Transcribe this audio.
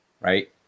right